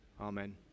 amen